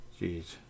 Jeez